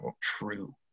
true